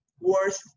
worth